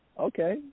Okay